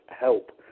help